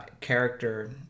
character